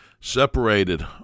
separated